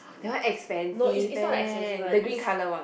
that one expensive eh the green color one